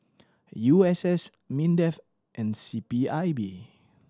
U S S MINDEF and C P I B